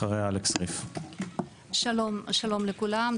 שלום לכולם.